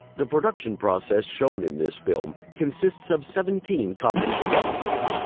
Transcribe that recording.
the production process shown in this film consists of seventeen common steps.